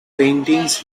paintings